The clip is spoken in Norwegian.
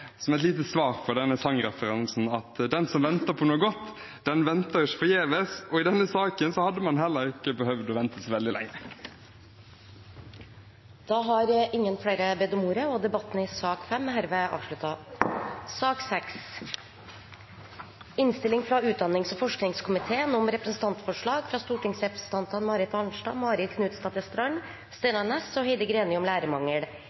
som et lite svar på sangreferansen, berolige representanten Henriksen med at den som venter på noe godt, venter ikke forgjeves – i denne saken hadde man heller ikke behøvd å vente så veldig lenge. Flere har ikke bedt om ordet til sak nr. 5. Etter ønske fra utdannings- og forskningskomiteen